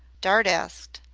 dart asked,